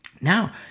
Now